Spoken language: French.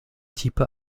type